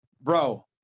Bro